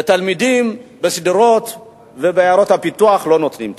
לתלמידים בשדרות ובעיירות הפיתוח לא נותנים.